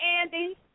Andy